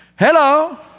Hello